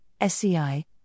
SCI